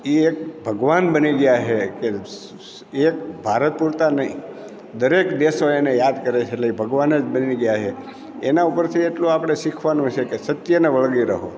એ એક ભગવાન બની ગયા છે કે એક ભારત પૂરતા નહીં દરેક દેશો એને યાદ કરે છે એટલે એ ભગવાન જ બની ગયા છે એના ઉપરથી એટલું આપણે શીખવાનું છે કે સત્યને વળગી રાખો